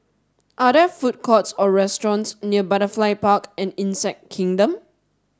are there food courts or restaurants near Butterfly Park and Insect Kingdom